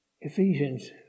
Ephesians